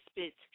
spits